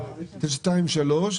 923,